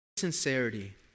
Sincerity